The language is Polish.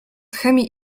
chemii